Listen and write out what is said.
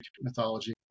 mythology